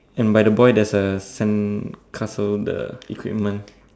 and by the boy there's a sandcastle the equipment